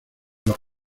los